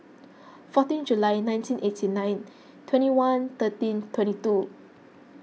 fourteen July nineteen eighty nine twenty one thirteen twenty two